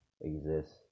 exists